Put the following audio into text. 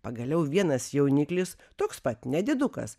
pagaliau vienas jauniklis toks pat nedidukas